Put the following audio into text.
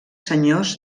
senyors